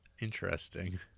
Interesting